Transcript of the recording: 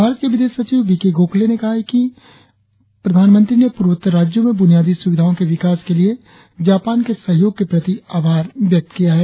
भारत के विदेश सचिव वी के गोखले ने कहा कि प्रधानमंत्री ने पूर्वोत्तर राज्यों में बुनियादी सुविधाओ के विकास के लिए जापान के सहयोग के प्रति आभार व्यक्त किया है